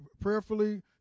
prayerfully